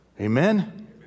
Amen